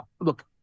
look